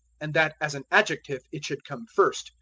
and that as an adjective it should come first,